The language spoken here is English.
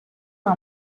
are